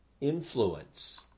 influence